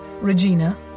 Regina